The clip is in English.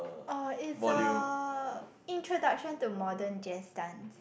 oh it's the introduction to modern jazz dance